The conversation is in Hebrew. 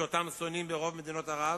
שאותם שונאים ברוב מדינות ערב.